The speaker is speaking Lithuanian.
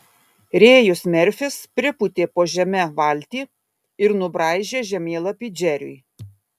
rėjus merfis pripūtė po žeme valtį ir nubraižė žemėlapį džeriui